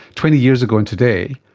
twenty years ago and today,